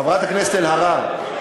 חברת הכנסת אלהרר,